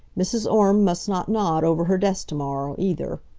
mrs. orme must not nod over her desk to-morrow, either.